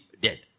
dead